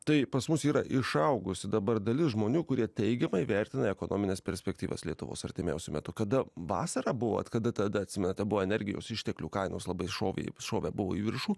tai pas mus yra išaugusi dabar dalis žmonių kurie teigiamai vertina ekonomines perspektyvas lietuvos artimiausiu metu kada vasarą buvot kada tada atsimeta buvo energijos išteklių kainos labai šovė šovę buvo į viršų